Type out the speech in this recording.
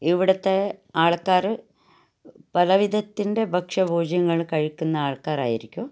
ഇവിടുത്തെ ആൾക്കാർ പലവിധത്തിൻ്റെ ഭക്ഷ്യഭോജ്യങ്ങൾ കഴിക്കുന്ന ആൾക്കാരായിരിക്കും